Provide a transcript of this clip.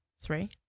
Three